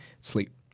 sleep